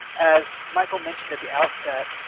as michael mentioned at the outset,